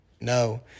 no